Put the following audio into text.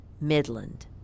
Midland